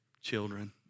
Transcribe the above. children